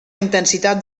intensitat